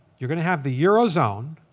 you're going to have the eurozone.